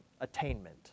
attainment